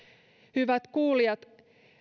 hyvät kuulijat